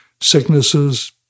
sicknesses